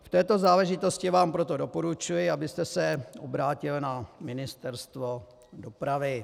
V této záležitosti vám proto doporučuji, abyste se obrátil na Ministerstvo dopravy.